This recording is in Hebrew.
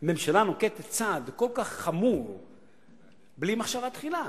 ממשלה נוקטת צעד כל כך חמור בלי מחשבה תחילה,